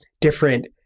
different